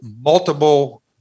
multiple